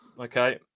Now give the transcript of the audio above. Okay